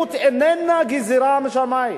אלימות איננה גזירה משמים.